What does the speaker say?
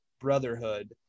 brotherhood